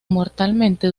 mortalmente